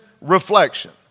Reflection